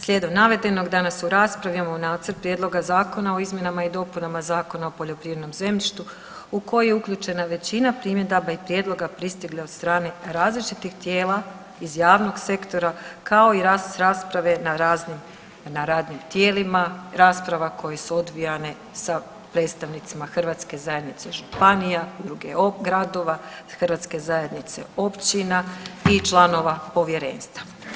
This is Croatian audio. Slijedom navedeno danas u raspravi imamo Nacrt prijedloga Zakona o izmjenama i dopunama Zakona o poljoprivrednom zemljištu u koji je uključena većina primjedaba i prijedloga pristiglih od strane različitih tijela iz javnog sektora kao i s rasprave na raznim na radnim tijelima, rasprava koje su odvijane sa predstavnicima Hrvatske zajednice županija druge gradova, Hrvatske zajednice općina i članova povjerenstva.